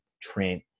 Trent